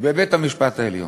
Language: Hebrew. בבית-המשפט העליון.